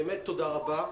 באמת תודה רבה.